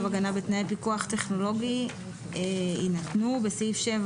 הגנה בתנאי פיקוח טכנולוגי יינתנו"; (8)